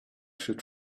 should